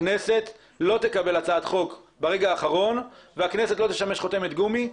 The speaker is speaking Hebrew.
הכנסת לא תקבל הצעת חוק ברגע האחרון והכנסת לא תשמש חותמת גומי,